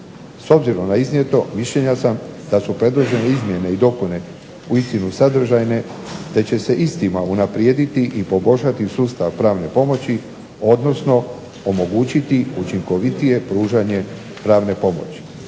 S obzirom na iznijeto mišljenja sam da su predložene izmjene i dopune uistinu sadržajne te će se istima unaprijediti i poboljšati sustav pravne pomoći, odnosno omogućiti učinkovitije pružanje pravne pomoći.